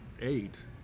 eight